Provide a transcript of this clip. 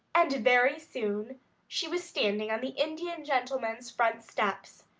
and very soon she was standing on the indian gentleman's front steps,